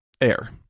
air